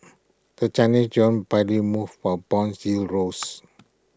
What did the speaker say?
the Chinese John barely moved while bonds yields rose